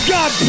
God